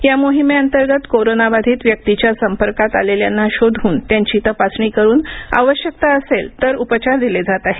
या मोहिमेअंतर्गत कोरोनाबाधित व्यक्तीच्या संपर्कात आलेल्यांना शोधून त्यांची तपासणी करून आवश्यकता असेल तर उपचार दिले जात आहेत